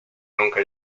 nunca